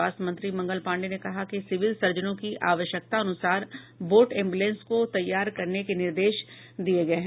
स्वास्थ्य मंत्री मंगल पांडये ने कहा है कि सिविल सर्जनों को आवश्यकता अनुसार बोट एम्बुलेंस को तैयार करने के निर्देश दिये गये हैं